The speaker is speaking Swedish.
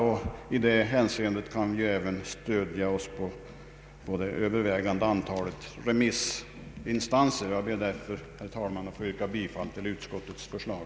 I detta hänseende kan vi även stödja oss på yttranden från de flesta remissinstanserna. Jag ber därför, herr talman, att få yrka bifall till utskottets förslag.